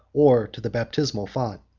or to the baptismal font.